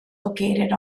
located